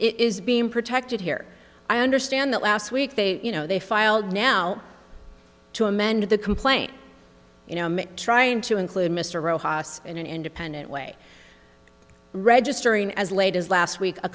is being protected here i understand that last week they you know they filed now to amend the complaint in trying to include mr rojas in an independent way registering as late as last week